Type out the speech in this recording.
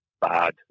bad